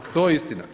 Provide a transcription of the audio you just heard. To je istina.